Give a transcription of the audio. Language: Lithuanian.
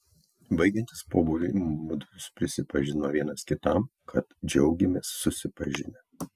baigiantis pobūviui mudu prisipažinome vienas kitam kad džiaugėmės susipažinę